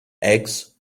eggs